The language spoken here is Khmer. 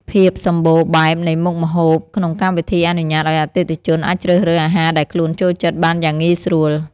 ភាពសម្បូរបែបនៃមុខម្ហូបក្នុងកម្មវិធីអនុញ្ញាតឱ្យអតិថិជនអាចជ្រើសរើសអាហារដែលខ្លួនចូលចិត្តបានយ៉ាងងាយស្រួល។